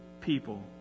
people